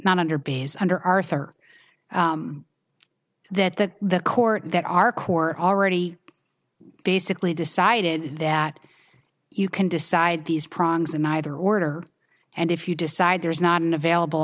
not under being under arthur that that the court that our core already basically decided that you can decide these progs and neither order and if you decide there is not an available